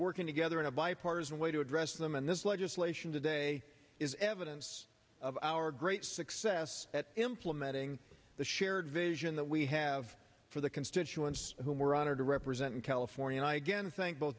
working together in a bipartisan way to address them and this legislation today is evidence of our great success at implementing the shared vision that we have for the constituents who we're honored to represent in california i again thank both